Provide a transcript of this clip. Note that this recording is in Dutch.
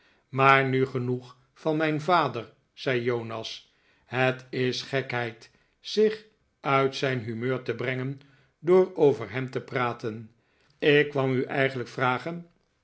maar nu genoeg van mijn vader zei jonas het is gekheid zich uit zijn humeur te brengen door over hem te praten ik kwam u eigenlijk vragen